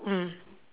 mm